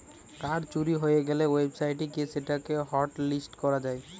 card চুরি হয়ে গ্যালে ওয়েবসাইট গিয়ে সেটা কে হটলিস্ট করা যায়